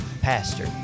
pastor